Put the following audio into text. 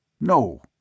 No